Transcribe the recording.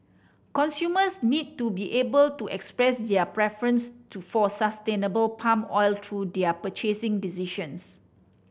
consumers need to be able to express their preference to for sustainable palm oil through their purchasing decisions